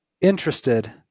interested